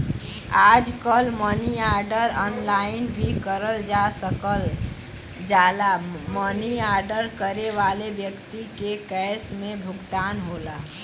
आजकल money order online भी करल जा सकल जाला मनी आर्डर करे वाले व्यक्ति के कैश में भुगतान होला